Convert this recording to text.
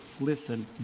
Listen